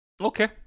Okay